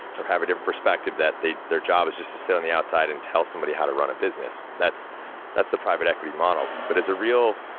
or have a different perspective, that their job is just to sit on the outside, and tell somebody how to run a business. that's that's the private equity model. but, as a real,